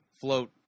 float